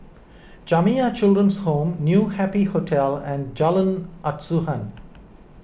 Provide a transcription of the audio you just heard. Jamiyah Children's Home New Happy Hotel and Jalan Asuhan